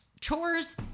chores